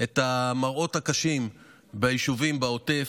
את המראות הקשים ביישובים בעוטף,